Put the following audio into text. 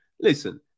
listen